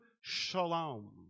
shalom